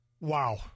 Wow